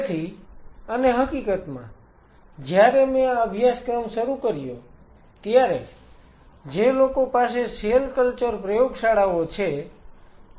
તેથી અને હકીકતમાં જ્યારે મેં આ અભ્યાસક્રમ શરૂ કર્યો ત્યારે જે લોકો પાસે સેલ કલ્ચર પ્રયોગશાળાઓ છે